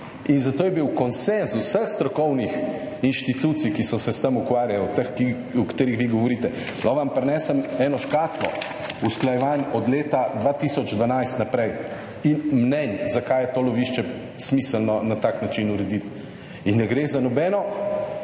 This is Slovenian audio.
In zato je bil konsenz vseh strokovnih inštitucij, ki so se s tem ukvarjale, v teh, o katerih vi govorite. No, vam prinesem eno škatlo usklajevanj od leta 2012 naprej, in mnenj, zakaj je to lovišče smiselno na tak način urediti. In ne gre za nobeno